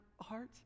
heart